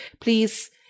please